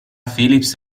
philips